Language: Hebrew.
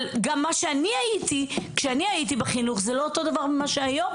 אבל גם כשאני הייתי בחינוך זה לא אותו דבר מה שהיום,